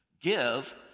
give